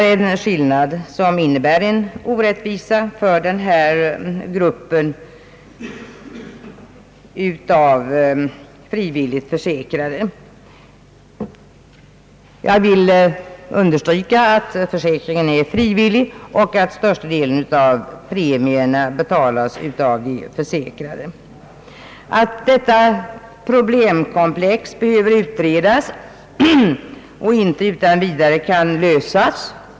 Denna skillnad innebär en orättvisa för denna grupp av frivilligt försäkrade. Jag vill understryka att försäkringen är frivillig och att största delen av premierna betalas av den försäkrade. Motionärerna anser att detta problemkomplex behöver utredas då det inte utan vidare kan lösas.